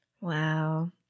Wow